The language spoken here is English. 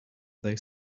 they